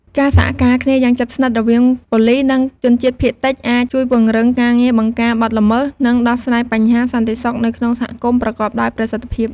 ការសហការគ្នាយ៉ាងជិតស្និទ្ធរវាងប៉ូលិស និងជនជាតិភាគតិច អាចជួយពង្រឹងការងារបង្ការបទល្មើស និងដោះស្រាយបញ្ហាសន្តិសុខនៅក្នុងសហគមន៍ប្រកបដោយប្រសិទ្ធភាព។